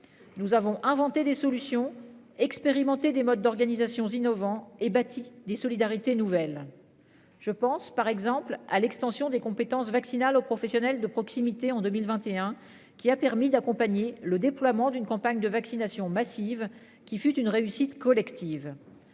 Nous avons inventé des solutions expérimentées des modes d'organisation innovants et bâti des solidarités nouvelles. Je pense par exemple à l'extension des compétences vaccinales aux professionnels de proximité en 2021 qui a permis d'accompagner le déploiement d'une campagne de vaccination massive, qui fut une réussite collective.